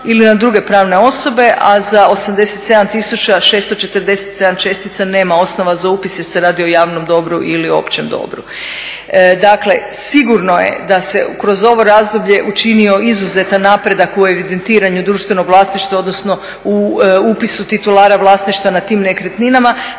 ili na druge pravne osobe a za 87 tisuća 647 čestica nema osnova za upis jer se radi o javnom dobru ili općem dobru. Dakle sigurno je da se kroz ovo razdoblje učinio izuzetan napredak u evidentiranju društvenog vlasništva odnosno u upisu titulara vlasništva nad tim nekretninama,